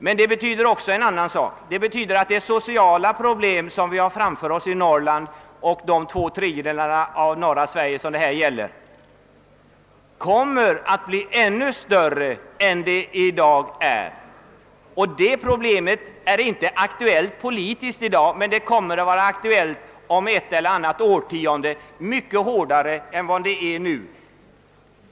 Men det betyder också någonting annat: att de sociala problem som vi har framför oss i de två tredjedelar av Sverige som det här gäller kommer att bli ännu större än de är i dag. Den frågan är inte politiskt aktuell i dag, men den kommer att vara aktuell om ett eller annat årtionde på ett helt annat sätt än nu.